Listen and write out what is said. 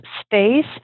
space